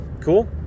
Cool